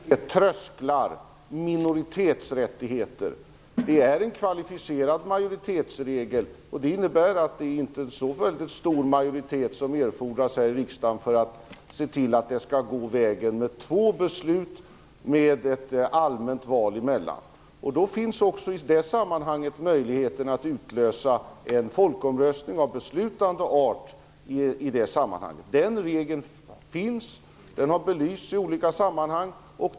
Fru talman! Även i detta förslag finns det trösklar, minoritetsrättigheter. Det är en kvalificerad majoritetsregel, vilket innebär att det inte erfordras så stor majoritet här i riksdagen för att det skall vara två beslut med ett allmänt val emellan. I det sammanhanget finns också möjligheten att utlysa en folkomröstning av beslutande art. Den regeln finns, är möjlig att utnyttja och den har belysts i olika sammanhang.